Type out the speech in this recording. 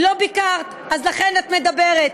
לא ביקרת, אז לכן את מדברת.